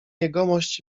jegomość